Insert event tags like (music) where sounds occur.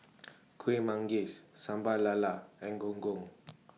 (noise) Kueh Manggis Sambal Lala and Gong Gong